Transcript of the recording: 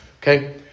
Okay